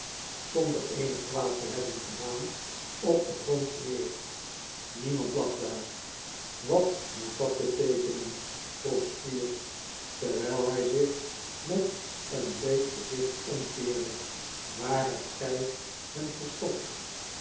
zonder eenig kwaad te hebben gedaan op den grond neer niemand lag daar wat moet dat beteekenen vroeg squeers terwijl hij zich met een bleek gezicht omkeerde waar hebt gij hem verstopt